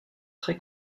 très